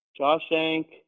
joshank